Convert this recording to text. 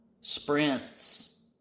sprints